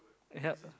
yup